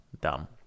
dumb